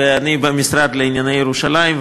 ואני במשרד לענייני ירושלים,